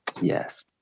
Yes